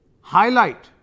highlight